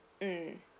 mm